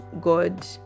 God